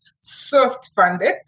soft-funded